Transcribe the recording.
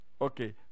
Okay